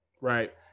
Right